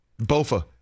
Bofa